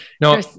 No